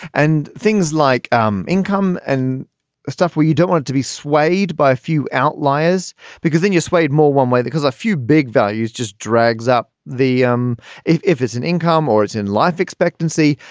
and things like um income and stuff where you don't want to be swayed by a few outliers because then you're swayed more one way because a few big values just drags up the. um if if it's an income or it's in life expectancy.